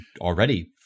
already